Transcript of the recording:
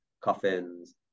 coffins